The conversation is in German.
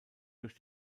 durch